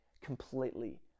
completely